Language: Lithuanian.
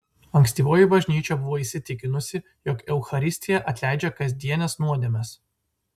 ankstyvoji bažnyčia buvo įsitikinusi jog eucharistija atleidžia kasdienes nuodėmes